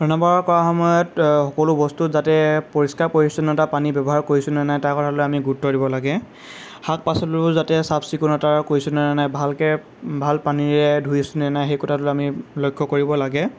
ৰন্ধা বঢ়া কৰাৰ সময়ত সকলো বস্তুত যাতে পৰিষ্কাৰ পৰিচ্ছন্নতা পানী ব্যৱহাৰ কৰিছোঁ নে নাই তাৰ কথাটোলৈ আমি গুৰুত্ব দিব লাগে শাক পাচলিবোৰ যাতে চাফ চিকুণতা কৰিছোঁ নে নাই ভালকে ভাল পানীৰে ধুইছোঁ নে নাই সেই কথাটোলৈ আমি লক্ষ্য কৰিব লাগে